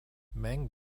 meng